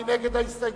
מי נגד?